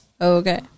Okay